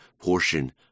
portion